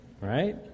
right